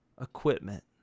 equipment